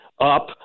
up